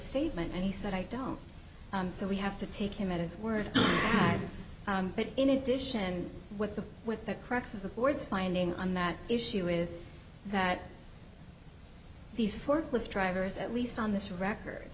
statement and he said i don't so we have to take him at his word but in addition with the with the crux of the board's finding on that issue is that these forklift drivers at least on this record